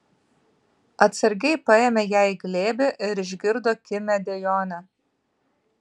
atsargiai paėmė ją į glėbį ir išgirdo kimią dejonę